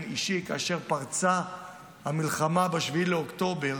אישי: כאשר פרצה המלחמה ב-7 באוקטובר,